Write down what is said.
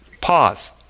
Pause